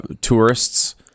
tourists